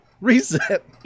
Reset